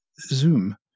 Zoom